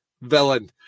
villain